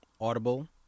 Audible